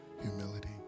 humility